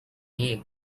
gay